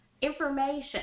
information